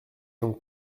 donc